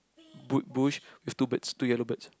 boot bush with two birds two yellow birds